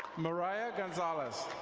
mariah gonzales.